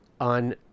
on